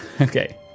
okay